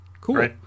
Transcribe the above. cool